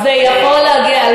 זה יכול להגיע.